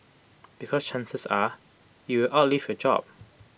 because chances are you will outlive your job